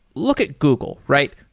look at google, right?